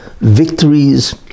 victories